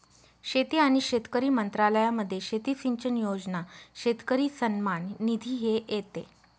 शेती आणि शेतकरी मंत्रालयामध्ये शेती सिंचन योजना, शेतकरी सन्मान निधी हे येते